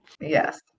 Yes